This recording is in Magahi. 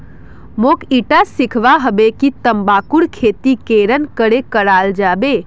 मोक ईटा सीखवा हबे कि तंबाकूर खेती केरन करें कराल जाबे